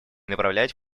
направлять